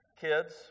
kids